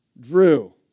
Drew